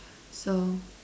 so